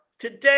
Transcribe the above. today